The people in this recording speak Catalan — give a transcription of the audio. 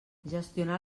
gestionar